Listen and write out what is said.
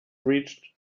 reached